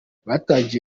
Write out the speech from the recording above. batangije